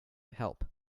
help